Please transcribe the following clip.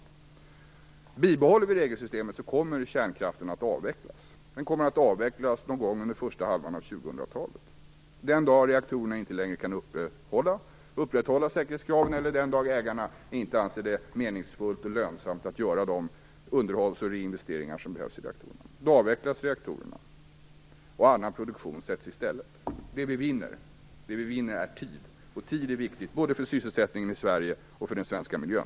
Om vi bibehåller säkerhetssystemet kommer kärnkraften att avvecklas. Den kommer att avvecklas någon gång under första hälften av 2000-talet. Den dagen säkerhetskraven på reaktorerna inte längre kan upprätthållas eller den dagen ägarna inte anser det meningsfullt och lönsamt att göra de underhåll och reinvesteringar som behövs, så avvecklar vi reaktorerna och annan produktion sätts in i stället. Det vi vinner är tid, och tid är viktigt, både både sysselsättningen i Sverige och för den svenska miljön.